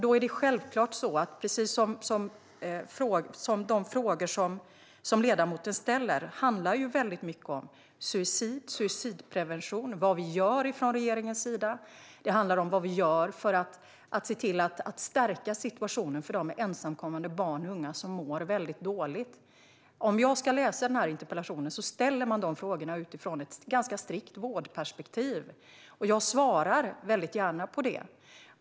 De frågor som ledamoten ställer handlar mycket om suicid, suicidprevention och vad regeringen gör för att stärka situationen för de ensamkommande barn och unga som mår dåligt. Frågorna i interpellationen ställs utifrån ett strikt vårdperspektiv, och jag svarar gärna på dem.